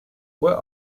where